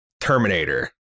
Terminator